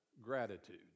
gratitude